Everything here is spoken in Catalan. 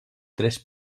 tres